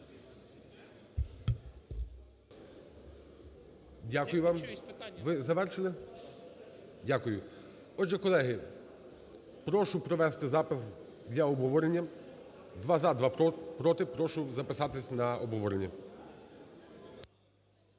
Дякую вам. Ви завершили? Дякую. Отже, колеги, прошу провести запис для обговорення: два – за, два – проти. Прошу записатись на обговорення.